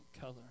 color